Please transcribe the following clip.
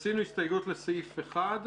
אנחנו עשינו הסתייגות לסעיף 1,